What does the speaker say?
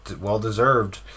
well-deserved